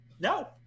No